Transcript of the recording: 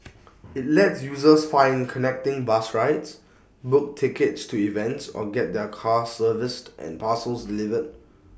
IT lets users find connecting bus rides book tickets to events or get their cars serviced and parcels delivered